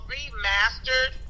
Remastered